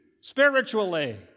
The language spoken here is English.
spiritually